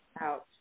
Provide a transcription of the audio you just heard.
out